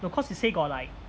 no cause he say got like